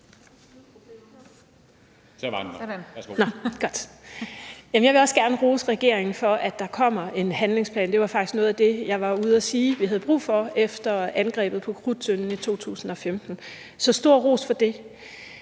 Jeg vil også gerne rose regeringen for, at der kommer en handlingsplan. Det var faktisk noget af det, jeg var ude at sige vi havde brug for efter angrebet på Krudttønden i 2015 – så stor ros for det.